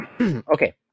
okay